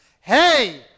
Hey